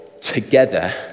together